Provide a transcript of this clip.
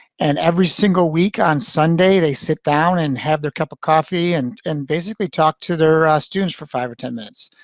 and every single week on sunday, they sit down and have their cup of coffee and, and basically talk to their students for five or ten minutes.